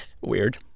Weird